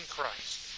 Christ